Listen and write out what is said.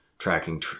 Tracking